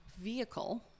vehicle